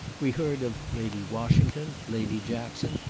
we heard of lady washington, lady jackson,